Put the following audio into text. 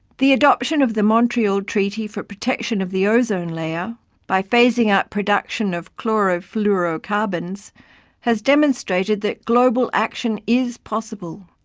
the adoption of the montreal treaty for protection of the ozone layer by phasing out production of chlorofluorocarbons has demonstrated that global action is possible.